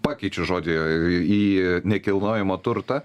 pakeičiu žodį į nekilnojamą turtą